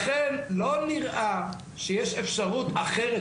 לא נראה שיש אפשרות אחרת,